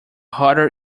harder